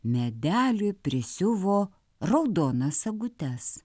medeliui prisiuvo raudonas sagutes